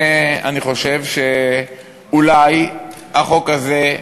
אני חושב שאולי בחוק הזה,